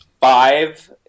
five